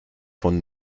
von